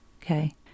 Okay